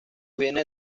bienes